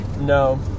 No